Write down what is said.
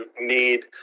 need